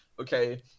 okay